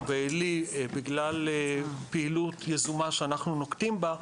באל"י בגלל פעילות יזומה שאנחנו נוקטים בה.